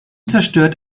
zerstört